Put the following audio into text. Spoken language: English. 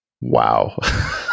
wow